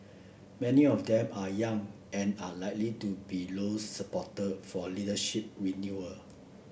many of them are young and are likely to be Low's supporter for leadership renewal